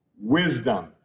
wisdom